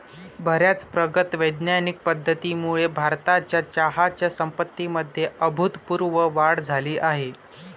बर्याच प्रगत वैज्ञानिक पद्धतींमुळे भारताच्या चहाच्या संपत्तीमध्ये अभूतपूर्व वाढ झाली आहे